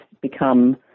become